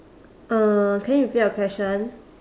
uh can you repeat your question